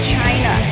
China